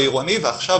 עוד אתרים כאלה בכל הארץ.